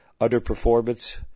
underperformance